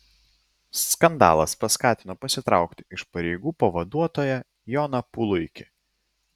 skandalas paskatino pasitraukti iš pareigų pavaduotoją joną puluikį